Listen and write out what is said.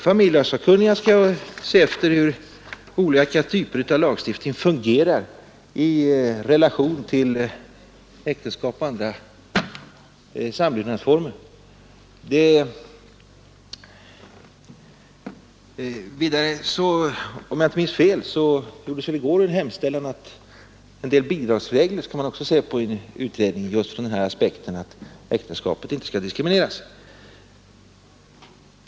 Familjelagssakkunniga skall undersöka hur olika typer av lagstiftning fungerar i relation till äktenskap och andra samlevnadsformer. Om jag inte minns fel gjordes det i går en hemställan om att man även i en särskild utredning skall se på en del bidragsregler just ur aspekten att äktenskapet inte bör diskrimineras.